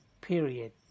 period